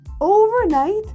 Overnight